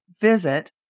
visit